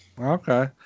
Okay